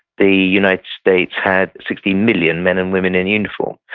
the united states had sixteen million men and women in uniform,